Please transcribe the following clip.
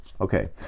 Okay